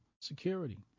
security